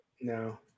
No